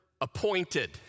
appointed